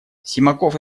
симаков